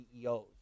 CEOs